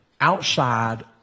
outside